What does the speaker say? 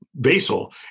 basal